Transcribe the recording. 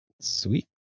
Sweet